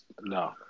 No